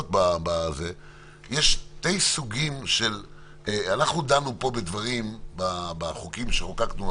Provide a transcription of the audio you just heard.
דנו פה בחוקים שחוקקנו,